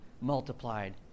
multiplied